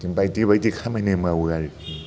बिदिनो बायदि बायदि खामानि मावो आरोखि